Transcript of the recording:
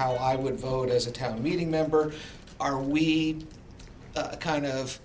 how i would vote as a town meeting member are we kind of